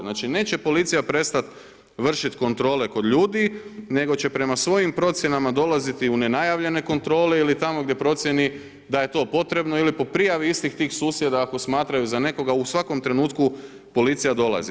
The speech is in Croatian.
Znači, neće policija prestati vršiti kontrole kod ljudi, nego će prema svojim procjenama dolaziti u nenajavljene kontrole ili tamo gdje procijeni da je to potrebno ili po prijavi istih tih susjeda ako smatraju za nekoga u svakom trenutku policija dolazi.